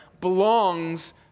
belongs